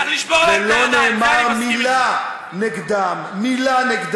צריך לשבור להם את הידיים, בזה אני מסכים